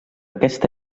aquesta